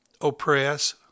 oppress